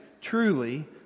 truly